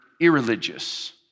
irreligious